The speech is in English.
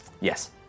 Yes